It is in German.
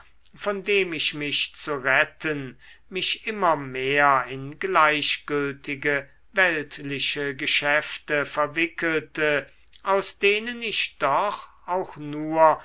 von dem ich mich zu retten mich immer mehr in gleichgültige weltliche geschäfte verwickelte aus denen ich doch auch nur